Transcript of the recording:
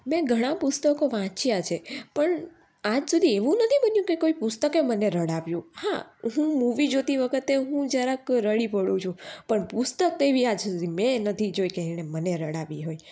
મે ઘણા પુસ્તકો વાંચ્યા છે પણ આજ સુધી એવું નથી બન્યું કે કોઈ પુસ્તકે મને રડાવી હા હું મૂવી જોતી વખતે હું જરાક રડી પડું છું પણ પુસ્તક તો એવી આજ સુધી મેં નથી જોઈ કે એણે મને રડાવી હોય